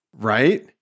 Right